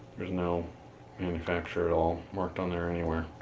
there's no manufacturer at all, marked on there anywhere.